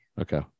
Okay